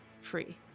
free